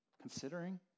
considering